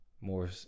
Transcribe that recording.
more